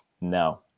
no